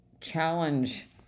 challenge